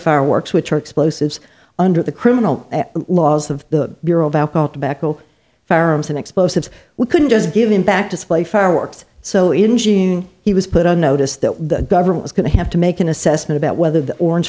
fireworks which are explosives under the criminal laws of the bureau of alcohol tobacco firearms and explosives we couldn't just give him back to splay fireworks so in june he was put on notice that the government was going to have to make an assessment about whether the orange